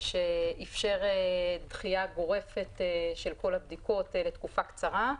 שאפשר דחייה גורפת של כל הבדיקות לתקופה קצרה,